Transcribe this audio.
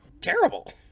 Terrible